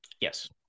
Yes